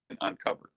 uncovered